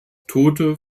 tote